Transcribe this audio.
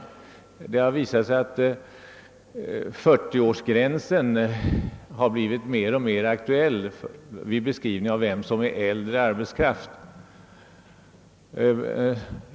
Det har t.ex. visat sig att 40 årsgränsen har blivit mer och mer aktuell vid en beskrivning av vem som är att hänföra till begreppet äldre arbetskraft.